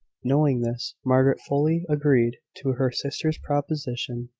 knowing this, margaret fully agreed to her sister's proposition,